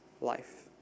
life